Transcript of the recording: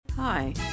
Hi